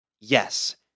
Yes